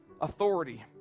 authority